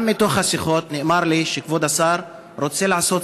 גם בשיחות נאמר לי שכבוד השר רוצה לעשות